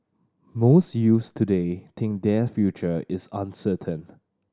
most youths today think their future is uncertain